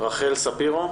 רחל ספירו,